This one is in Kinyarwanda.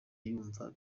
yumva